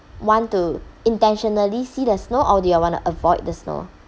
want to intentionally see the snow or do you want to avoid the snow